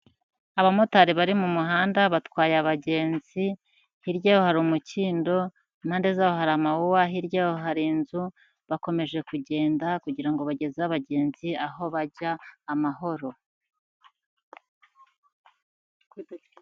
Abamotari bari mu muhanda batwaye abagenzi, hirya yaho hari umukindo, impande zaho hari amawuwa, hirya yaho hari inzu, bakomeje kugenda kugira ngo bageze abagenzi aho bajya amahoro.